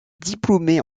diplômé